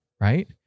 right